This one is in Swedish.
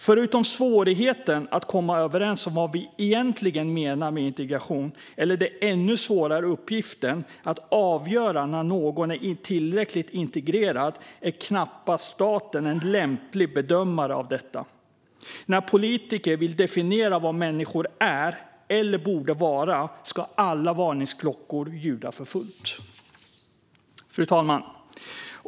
Förutom svårigheten med att komma överens om vad vi egentligen menar med integration, eller den ännu svårare uppgiften att avgöra när någon är tillräckligt integrerad, är staten knappast en lämplig bedömare av detta. När politiker vill definiera vad människor är eller borde vara ska alla varningsklockor ljuda för fullt. Fru talman!